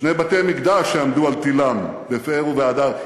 שני בתי-מקדש שעמדו על תלם בפאר ובהדר.